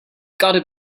gotta